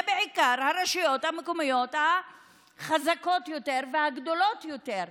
זה בעיקר הרשויות המקומיות החזקות יותר והגדולות יותר.